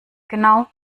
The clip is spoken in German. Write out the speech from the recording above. genau